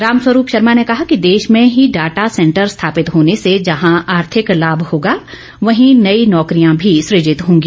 रामस्वरूप शर्मा ने कहा कि देश में ही डाटा सेंटर स्थापित होने से जहा आर्थिक लाभ होगा वहीं नई नौकरिया मी सूजित होंगी